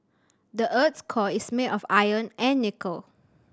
the earth's core is made of iron and nickel